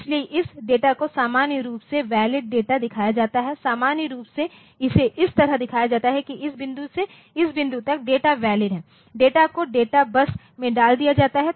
इसलिए इस डेटा को सामान्य रूप से वैलिड डेटा दिखाया जाता है सामान्य रूप से इसे इस तरह दिखाया जाता है कि इस बिंदु से इस बिंदु तक डेटा वैलिड है डेटा को डेटा बस में डाल दिया गया है